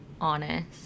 honest